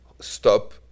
stop